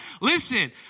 Listen